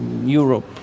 Europe